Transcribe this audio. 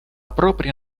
propria